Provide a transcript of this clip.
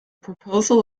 proposal